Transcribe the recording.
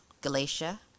Galatia